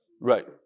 Right